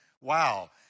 wow